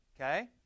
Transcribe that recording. Okay